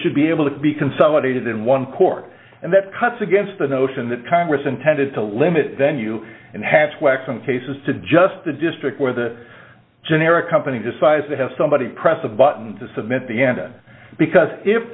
should be able to be consolidated in one court and that cuts against the notion that congress intended to limit venue and have some cases to just a district where the generic company decides to have somebody press a button to submit the ndaa because if